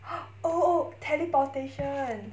oh oh teleportation